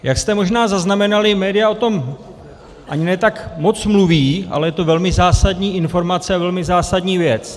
Jak jste možná zaznamenali, média o tom ani ne tak moc mluví, ale je to velmi zásadní informace a velmi zásadní věc.